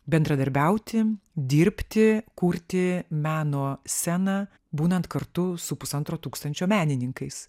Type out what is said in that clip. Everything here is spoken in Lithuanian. bendradarbiauti dirbti kurti meno sceną būnant kartu su pusantro tūkstančio menininkais